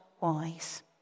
wise